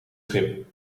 schip